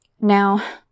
Now